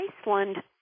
Iceland